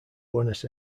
buenos